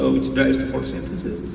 ah which drives photosynthesis.